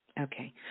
Okay